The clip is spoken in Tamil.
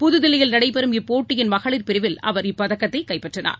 புதுதில்லியில் நடைபெறும் இப்போட்டியின் மகளிர் பிரிவில் அவர் இப்பதக்கத்தைகைப்பற்றினார்